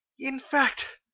in fact.